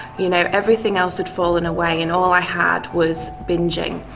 you know everything else had fallen away and all i had was bingeing.